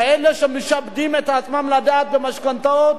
כאלה שמשעבדים את עצמם לדעת במשכנתאות.